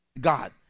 God